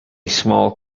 small